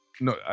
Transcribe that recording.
No